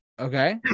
okay